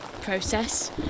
process